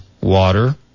water